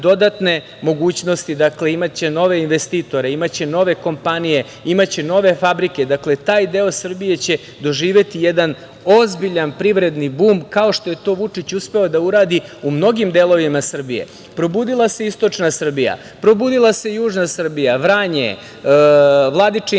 mogućnosti. Dakle, imaće nove investitore, imaće nove kompanije, imaće nove fabrike. Taj deo Srbije će doživeti jedan ozbiljan privredni bum, kao što je to Vučić uspeo da uradi u mnogim delovima Srbije. Probudila se istočna Srbija. Probudila se južna Srbija, Vranje, Vladičin